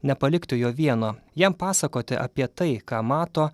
nepalikti jo vieno jam pasakoti apie tai ką mato